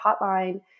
hotline